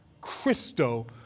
Christo